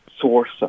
source